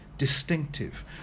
Distinctive